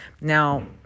now